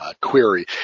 query